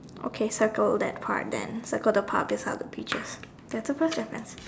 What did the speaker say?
okay circle that part then circle the part beside the peaches that's the first difference